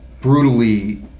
brutally